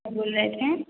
बोल रहें थे